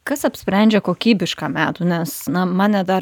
kas apsprendžia kokybišką medų nes na mane dar